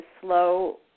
slow